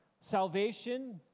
Salvation